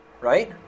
right